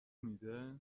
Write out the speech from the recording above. میده